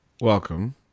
Welcome